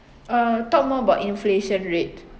err talk more about inflation rate